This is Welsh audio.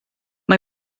mae